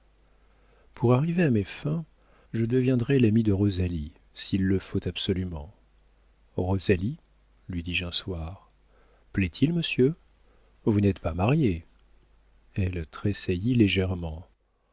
pour arriver à mes fins je deviendrai l'ami de rosalie s'il le faut absolument rosalie lui dis-je un soir plaît-il monsieur vous n'êtes pas mariée elle tressaillit légèrement